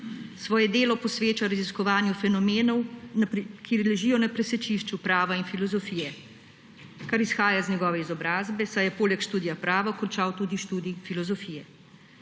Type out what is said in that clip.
Svoje delo posveča raziskovanju fenomenov, ki ležijo na presečišču prava in filozofije, kar izhaja iz njegove izobrazbe, saj je poleg študija prava končal tudi študij filozofije.